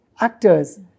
actors